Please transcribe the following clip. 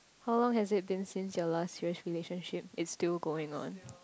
how long has it been since your last serious relationship it's still going on